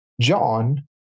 John